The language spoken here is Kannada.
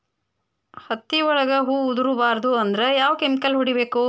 ಹತ್ತಿ ಒಳಗ ಹೂವು ಉದುರ್ ಬಾರದು ಅಂದ್ರ ಯಾವ ಕೆಮಿಕಲ್ ಹೊಡಿಬೇಕು?